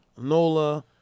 Nola